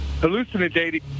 Hallucinating